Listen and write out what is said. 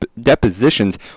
depositions